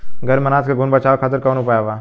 घर में अनाज के घुन से बचावे खातिर कवन उपाय बा?